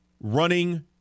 running